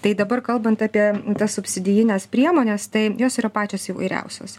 tai dabar kalbant apie tas subsidijines priemones tai jos yra pačios įvairiausios